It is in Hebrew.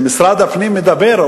שמשרד הפנים מדבר,